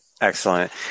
Excellent